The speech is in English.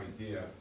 idea